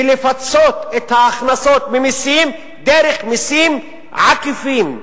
ולפצות את ההכנסות ממסים דרך מסים עקיפים: